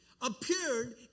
appeared